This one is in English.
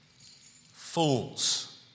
fools